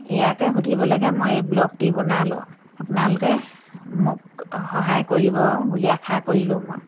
এয়াকে সুধিবলৈকে মই এই ভ্লগটি বনালোঁ আপোনালোকে মোক সহায় কৰিব বুলি আশা কৰিলোঁ মই